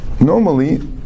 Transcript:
normally